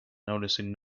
noticing